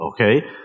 okay